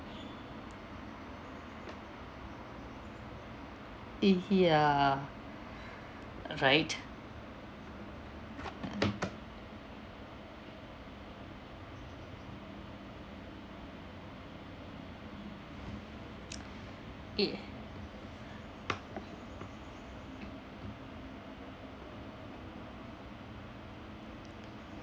y~ ya right